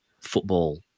football